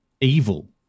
evil